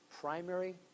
primary